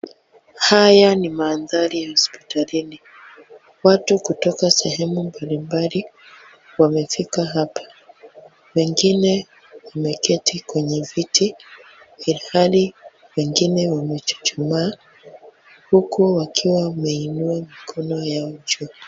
Haya ni mandhari ya hospitalini. Watu kutoka sehemu mbalimbali wamefika hapa. Wengine wameketi kwenye viti, ilhali wengine wamechuchumaa huku wakiwa wameinua mkono yao juu.